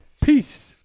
peace